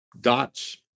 dots